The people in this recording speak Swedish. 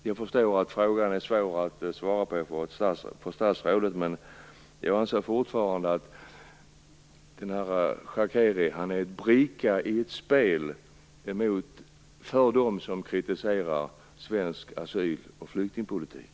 Jag förstår att frågan är svårt att svara på för statsrådet, men jag anser fortfarande att Shakeri är en bricka i ett spel för dem som kritiserar svensk asyl och flyktingpolitik.